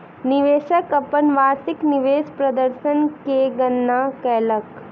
निवेशक अपन वार्षिक निवेश प्रदर्शन के गणना कयलक